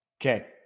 Okay